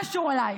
קריאה שלישית.